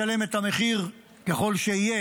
לשלם את המחיר, ככל שיהיה,